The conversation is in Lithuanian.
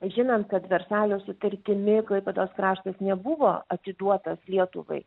žinant kad versalio sutartimi klaipėdos kraštas nebuvo atiduotas lietuvai